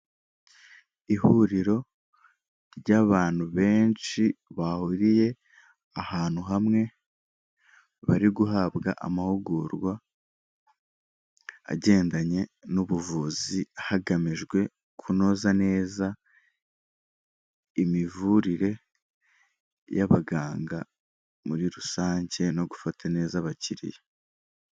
Ihuriro ry'abantu benshi, bahuriye ahantu hamwe, bari guhabwa amahugurwa, agendanye n'ubuvuzi hagamijwe kunoza neza imivurire y'abaganga muri rusange, no gufata neza abakiriya.